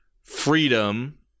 freedom